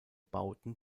bauten